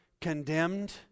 condemned